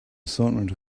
assortment